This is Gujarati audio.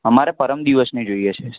અમારે પરમ દિવસની જોઈએ છે